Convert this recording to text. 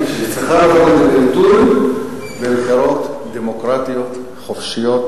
והיא צריכה לבוא לידי ביטוי בבחירות דמוקרטיות חופשיות,